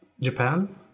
Japan